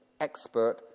expert